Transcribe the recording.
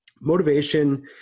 motivation